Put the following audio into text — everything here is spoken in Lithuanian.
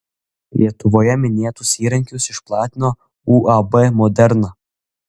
lietuvoje minėtus įrankius išplatino uab moderna